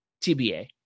tba